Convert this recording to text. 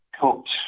cooked